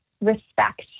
respect